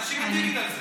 אנשים מתים בגלל זה.